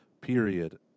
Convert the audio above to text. period